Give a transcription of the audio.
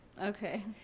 Okay